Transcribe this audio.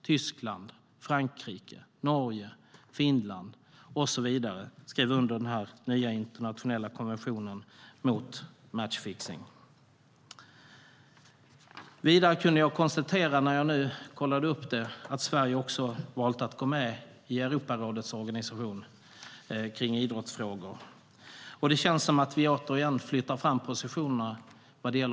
Tyskland, Frankrike, Norge, Finland och så vidare skrev under den nya internationella konventionen mot matchfixning. Vidare kan jag konstatera att Sverige har valt att gå med i Europarådets organisation kring idrottsfrågor. Det känns som att vi återigen flyttar fram positionerna i de frågorna.